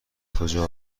کجا